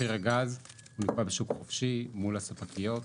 מחיר הגז נקבע בשוק החופשי מול הספקיות.